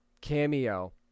cameo